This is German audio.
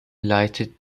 leitet